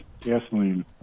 gasoline